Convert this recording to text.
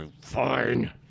Fine